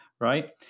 right